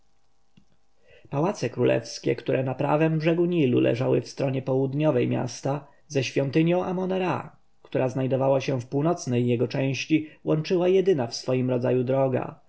pałace królewskie które na prawym brzegu nilu leżały w stronie południowej miasta ze świątynią amona-ra która znajdowała się w północnej jego części łączyła jedyna w swoim rodzaju droga